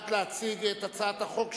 להציג את הצעת החוק שלך,